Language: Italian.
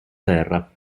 terra